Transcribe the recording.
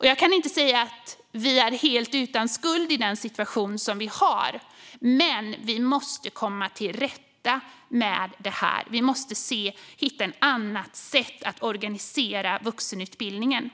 Jag kan inte säga att vi är helt utan skuld i den situation vi har, men vi måste komma till rätta med detta. Vi måste hitta ett annat sätt att organisera vuxenutbildningen.